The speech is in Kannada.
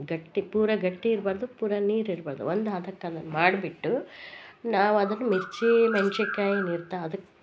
ಗಟ್ಟಿ ಪೂರ ಗಟ್ಟಿ ಇರ್ಬಾರ್ದು ಪೂರ ನೀರ್ ಇರ್ಬಾರ್ದು ಒಂದ್ ಹದಕ್ ಅದನ್ ಮಾಡ್ಬಿಟ್ಟು ನಾವದನ್ನ ಮಿರ್ಚಿ ಮೆಣ್ಶಿನ್ಕಾಯಿ ಅಂತ ಅದಕ್ಕೆ